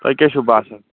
تۄہہِ کیٛاہ چھِو باسان